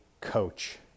coach